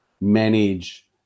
manage